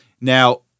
Now